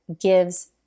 gives